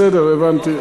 בסדר, הבנתי.